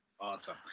Awesome